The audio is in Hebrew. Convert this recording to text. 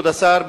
כבוד השר,